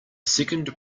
second